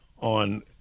on